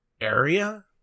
area